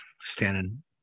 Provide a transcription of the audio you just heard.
standing